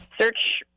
search